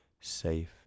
safe